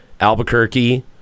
Albuquerque